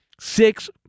six